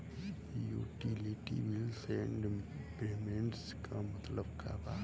Utility bills and payments क मतलब का बा?